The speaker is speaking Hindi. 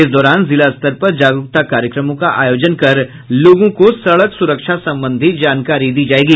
इस दौरान जिला स्तर पर जागरूकता कार्यक्रमों का आयोजन कर लोगों को सड़क सुरक्षा संबंधी जानकारी दी जायेगी